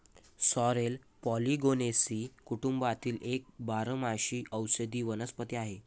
sorrel Polygonaceae कुटुंबातील एक बारमाही औषधी वनस्पती आहे